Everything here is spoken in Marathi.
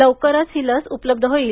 लवकरच ही लस उपलब्ध होईल